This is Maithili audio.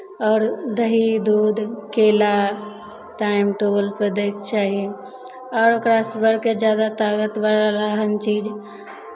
आओर दही दूध केला टाइम टेबलपर दैके चाही आओर ओकरासँ बढ़कर जादा ताकतवला रहल चीज